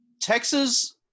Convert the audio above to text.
Texas